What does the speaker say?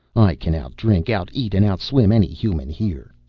i can out-drink, out-eat, and out-swim any human here.